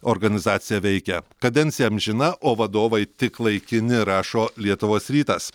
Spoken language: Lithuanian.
organizacija veikia kadencija amžina o vadovai tik laikini rašo lietuvos rytas